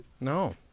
No